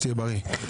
שתהיה בריא.